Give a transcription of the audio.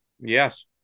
Yes